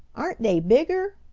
aren't they bigger?